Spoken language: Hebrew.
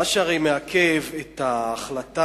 הרי מה שמעכב את ההחלטה,